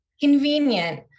convenient